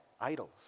idols